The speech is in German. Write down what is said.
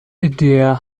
der